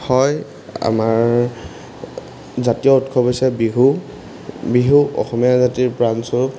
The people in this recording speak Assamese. হয় আমাৰ জাতীয় উৎসৱ হৈছে বিহু বিহু অসমীয়া জাতীৰ প্ৰাণস্বৰূপ